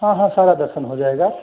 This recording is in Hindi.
हाँ हाँ सारा दर्शन हो जाएगा